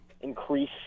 increase